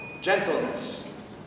Gentleness